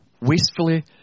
Wastefully